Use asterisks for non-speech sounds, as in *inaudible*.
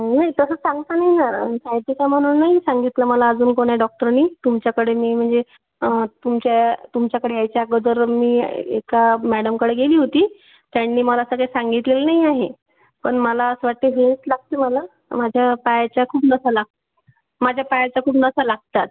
व्हय तसं सांगता नाही येणार सायटिका म्हणून नाही सांगितलं मला अजून कोण्या डॉक्टरानी तुमच्याकडे नाही म्हणजे तुमच्या तुमच्याकडे यायच्या अगोदर मी एका मॅडमकडे गेली होती त्यांनी मला असं काही सांगितलेलं नाही आहे पण मला असं वाटते हे *unintelligible* माझ्या पायाच्या खूप नसा लाक माझ्या पायाच्या खूप नसा लागतात